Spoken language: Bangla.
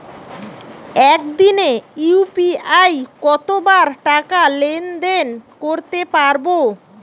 একদিনে ইউ.পি.আই কতবার টাকা লেনদেন করতে পারব?